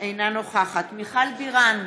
אינה נוכחת מיכל בירן,